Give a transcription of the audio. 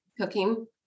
cooking